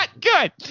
good